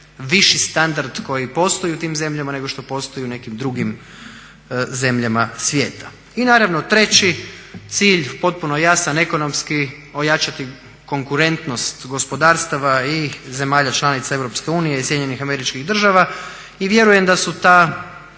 viši standard koji postoji u tim zemljama nego što postoji u nekim drugim zemljama svijeta. I naravno treći cilj potpuno jasan ekonomski ojačati konkurentnost gospodarstva i zemalja članica EU i SAD-a i vjerujem da su ta